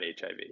HIV